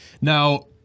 Now